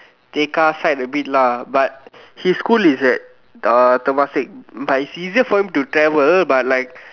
Tekka side a bit lah but his school is at uh Temasek but it's easier for him to travel but like